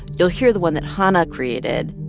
you'll hear the one that hanna created.